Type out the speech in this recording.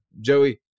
Joey